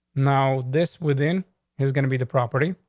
now, this within is gonna be the property.